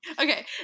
Okay